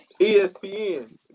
ESPN